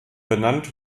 benannt